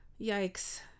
Yikes